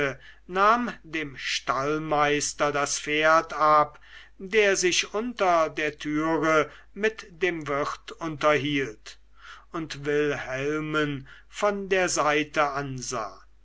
nahm dem stallmeister das pferd ab der sich unter der türe mit dem wirt unterhielt und wilhelmen von der seite ansah